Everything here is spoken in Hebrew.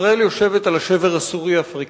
ישראל יושבת על השבר הסורי-אפריקני,